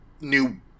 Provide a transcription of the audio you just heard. new